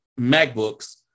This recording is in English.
MacBooks